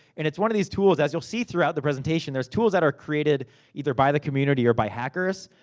and it's one of these tools, as you'll see throughout the presentation. there's tools that are created either by the community or by hackers.